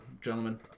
gentlemen